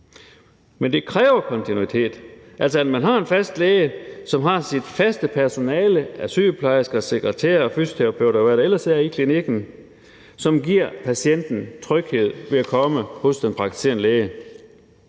Men det kræver kontinuitet – altså at man har en fast læge, som har sit faste personale af sygeplejersker, sekretærer, fysioterapeuter, og hvad der ellers er i klinikken, som giver patienten tryghed ved at komme hos den praktiserende læge,